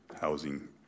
housing